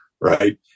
right